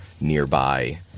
nearby